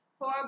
four